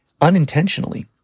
unintentionally